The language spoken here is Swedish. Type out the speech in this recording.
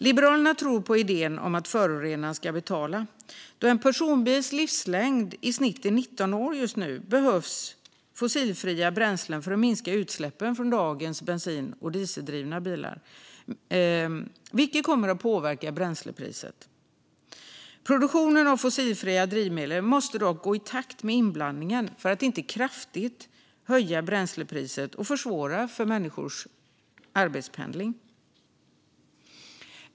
Liberalerna tror på idén om att förorenaren ska betala. Då en personbils livslängd just nu i snitt är 19 år behövs fossilfria bränslen för att minska utsläppen från dagens bensin och dieseldrivna bilar, vilket kommer att påverka bränslepriset. Produktionen av fossilfria drivmedel måste dock gå i takt med inblandningen för att inte bränslepriset kraftigt ska höjas så att människors arbetspendling försvåras.